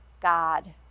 God